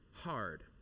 Hard